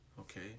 Okay